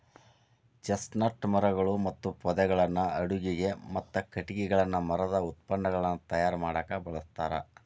chestnut ಮರಗಳು ಮತ್ತು ಪೊದೆಗಳನ್ನ ಅಡುಗಿಗೆ, ಮತ್ತ ಕಟಗಿಗಳನ್ನ ಮರದ ಉತ್ಪನ್ನಗಳನ್ನ ತಯಾರ್ ಮಾಡಾಕ ಬಳಸ್ತಾರ